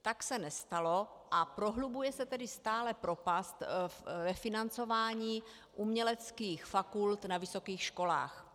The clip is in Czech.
Tak se nestalo, a prohlubuje se tedy stále propast ve financování uměleckých fakult na vysokých školách.